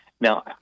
Now